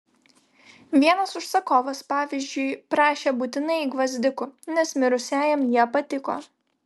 vienas užsakovas pavyzdžiui prašė būtinai gvazdikų nes mirusiajam jie patiko